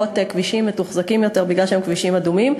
כבישים מתוחזקים יותר מפני שהם כבישים אדומים.